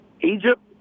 Egypt